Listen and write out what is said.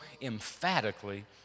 emphatically